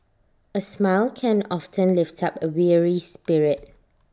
A smile can often lift up A weary spirit